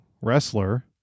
wrestler